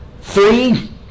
Three